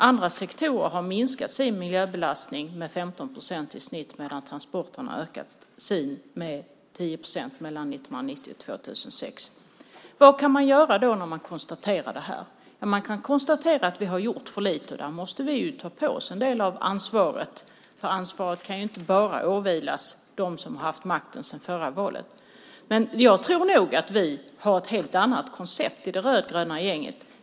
Andra sektorer har minskat sin miljöbelastning med 15 procent i snitt medan transporterna har ökat sin med 10 procent mellan 1990 och 2006. Vad kan man göra när man noterar det här? Man kan konstatera att vi har gjort för lite. Där måste vi ju ta på oss en del av ansvaret. Ansvaret kan inte bara åvila dem som har haft makten sedan förra valet. Men jag tror nog att vi har ett helt annat koncept i det rödgröna gänget.